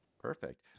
Perfect